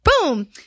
Boom